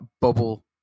bubble